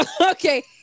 Okay